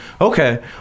Okay